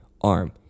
arm